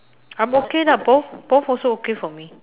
I'm okay lah both both also okay for me